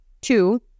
two